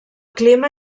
clima